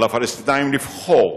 על הפלסטינים לבחור